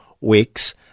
weeks